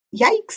yikes